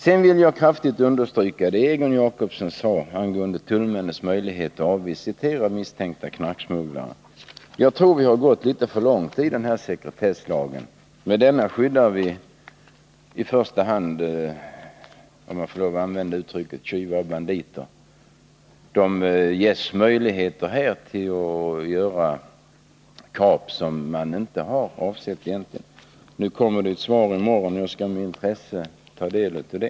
Sedan vill jag kraftigt understryka det Egon Jacobsson sade angående tullmännens möjligheter att avvisitera misstänkta knarksmugglare. Jag tror att vi har gått litet för långt i sekretesslagen. Med denna skyddar vi i första hand — om jag får lov att använda uttrycket — tjuvar och banditer. De ges här möjligheter att göra kap som man egentligen inte hade avsett. Nu kommer det ett interpellationssvar om detta i morgon, och jag skall med intresse ta del av det.